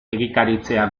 egikaritzea